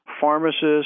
Pharmacists